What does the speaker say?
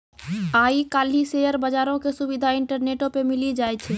आइ काल्हि शेयर बजारो के सुविधा इंटरनेटो पे मिली जाय छै